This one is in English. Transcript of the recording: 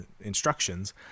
instructions